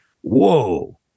Whoa